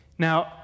Now